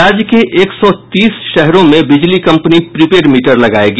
राज्य के एक सौ तीस शहरों में बिजली कंपनी प्रीपेड मीटर लागायेगी